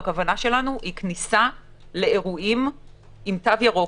הכוונה שלנו היא כניסה לאירועים עם תו ירוק